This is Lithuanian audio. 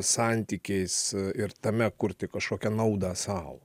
santykiais ir tame kurti kažkokią naudą sau